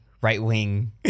right-wing